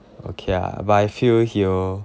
okay ah but I feel he will